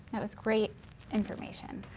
it was great information.